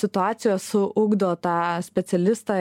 situacijos ugdo tą specialistą